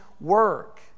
work